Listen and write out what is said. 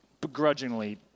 begrudgingly